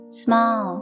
small